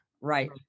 Right